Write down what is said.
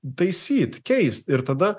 taisyt keist ir tada